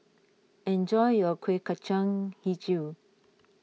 enjoy your Kuih Kacang HiJau